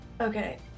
Okay